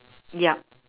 ya